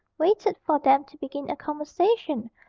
waited for them to begin a conversation,